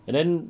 and then